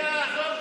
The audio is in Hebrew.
כן.